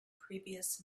previous